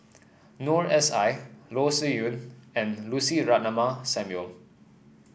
Noor S I Loh Sin Yun and Lucy Ratnammah Samuel